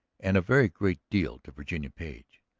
and a very great deal to virginia page.